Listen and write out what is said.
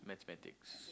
mathematics